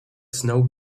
snow